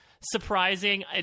surprising